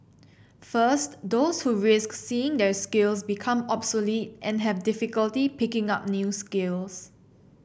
first those who risk seeing their skills become obsolete and have difficulty picking up new skills